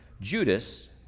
Judas